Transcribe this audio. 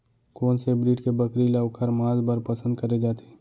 कोन से ब्रीड के बकरी ला ओखर माँस बर पसंद करे जाथे?